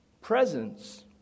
Presence